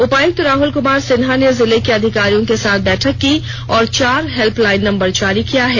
उपायुक्त राहल कुमार सिन्हा ने जिले के अधिकारियो के साथ बैठक की और चार हेल्पलाइन नंबर जारी किया है